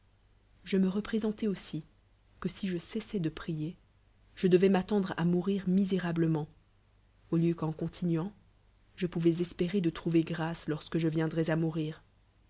je me repréentai aussi que si je cessois de prier je devois m'alteddre à mourir misérable au lieu qu'en continuant je pouvois espërer de trouver grtice lorsque je viendroi à mourir